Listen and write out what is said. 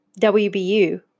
WBU